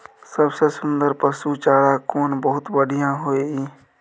सबसे सुन्दर पसु चारा कोन बहुत बढियां होय इ?